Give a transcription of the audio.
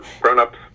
grown-ups